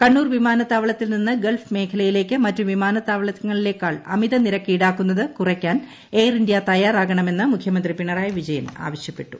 കണ്ണൂർ വിമാനത്താവളത്തിൽ നിന്ന് ഗൾഫ് മേഖലയിലേക്ക് മറ്റു വിമാനത്താവളങ്ങളിലേക്കാൾ അമിതനിരക്ക് ഈടാക്കുന്നത് കുറയ്ക്കാൻ എയർ പ്പുള്ള്യ തയാറാകണമെന്ന് മുഖ്യമന്ത്രി ആവശ്യപ്പെട്ടു